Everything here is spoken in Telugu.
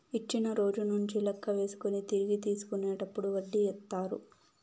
ఇచ్చిన రోజు నుంచి లెక్క వేసుకొని తిరిగి తీసుకునేటప్పుడు వడ్డీ ఏత్తారు